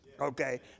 okay